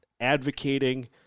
advocating